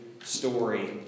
story